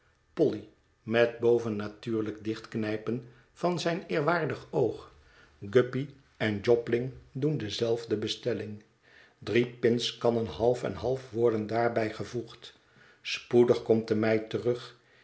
polly met bovennatuurlijk dichtknijpen van zijn eerwaardig oog guppy en jobling doen dezelfde bestelling drie pintskannen half en half worden daarbij gevoegd spoedig komt de meid terug